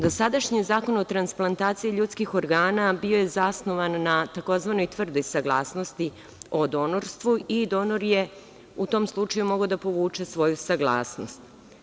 Dosadašnji Zakon o transplantaciji ljudskih organa bio je zasnovan na tzv. tvrdoj saglasnosti o donorstvu i donor je u tom slučaju mogao da povuče svoju saglasnost.